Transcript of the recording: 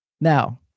Now